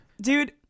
Dude